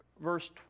Verse